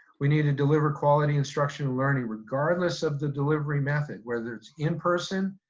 we need to deliver quality instruction and learning regardless of the delivery method. whether it's in person,